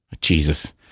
Jesus